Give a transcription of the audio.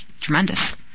tremendous